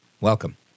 Welcome